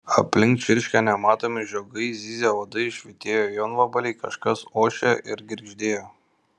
aplink čirškė nematomi žiogai zyzė uodai švytėjo jonvabaliai kažkas ošė ir girgždėjo